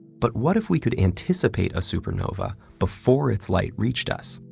but what if we could anticipate a supernova before its light reached us?